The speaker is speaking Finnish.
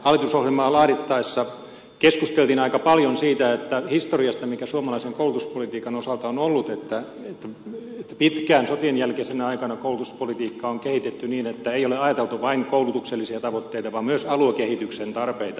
hallitusohjelmaa laadittaessa keskusteltiin aika paljon siitä historiasta mikä suomalaisen koulutuspolitiikan osalta on ollut että pitkään sotien jälkeisenä aikana koulutuspolitiikkaa on kehitetty niin että ei ole ajateltu vain koulutuksellisia tavoitteita vaan myös aluekehityksen tarpeita